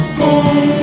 day